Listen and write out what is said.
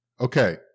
Okay